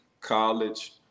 college